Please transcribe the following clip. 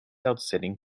outstanding